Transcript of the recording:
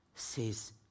says